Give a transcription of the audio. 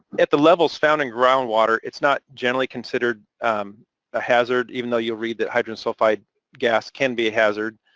at the levels found in ground water, it's not generally considered a hazard, even though you'll read that hydrogen sulfide gas can be a hazard.